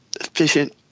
efficient